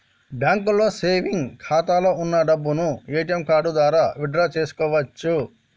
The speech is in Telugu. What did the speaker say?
బ్యాంకులో సేవెంగ్స్ ఖాతాలో వున్న డబ్బును ఏటీఎం కార్డు ద్వారా విత్ డ్రా చేసుకోవచ్చు